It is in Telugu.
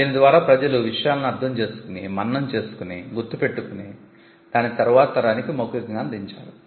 దీని ద్వారా ప్రజలు విషయాలను అర్ధం చేసుకుని మననం చేసుకుని గుర్తు పెట్టుకుని దానిని తరువాతి తరానికి మౌఖికంగా అందించారు